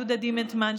יהודה דימנטמן,